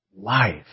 life